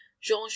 Jean